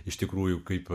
iš tikrųjų kaip